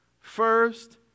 first